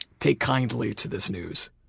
take kindly to this news.